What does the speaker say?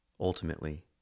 Ultimately